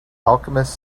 alchemist